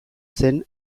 zen